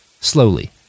Slowly